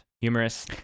humorous